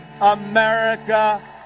America